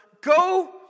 go